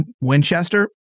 Winchester